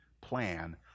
plan